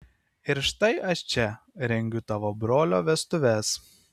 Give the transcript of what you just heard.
ir štai aš čia rengiu tavo brolio vestuves